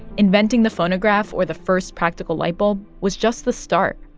inventing the phonograph or the first practical light bulb was just the start.